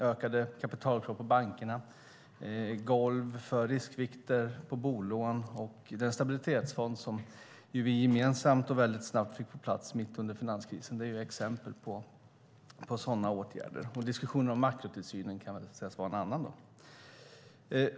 Ökade kapitalkrav på bankerna, golv för riskvikter på bolån och den stabilitetsfond som ju vi gemensamt och väldigt snabbt fick på plats mitt under finanskrisen är exempel på sådana åtgärder. Diskussionen om makrotillsynen kan sägas vara en annan.